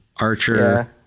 Archer